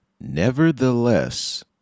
Nevertheless